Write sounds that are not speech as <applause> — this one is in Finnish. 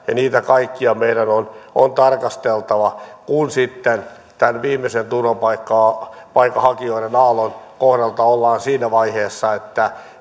niitä kaikkia kysymyksiä meidän on tarkasteltava kun sitten tämän viimeisen turvapaikanhakijoiden aallon kohdalta ollaan siinä vaiheessa että <unintelligible>